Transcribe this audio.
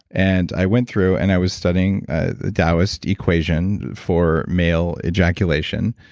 and i went through and i was studying taoist equation for male ejaculation.